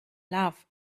love